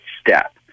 step